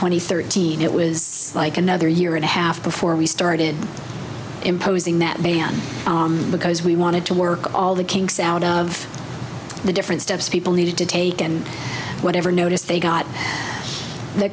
and thirteen it was like another year and a half before we started imposing that because we wanted to work all the kinks out of the different steps people needed to take and whatever notice they got the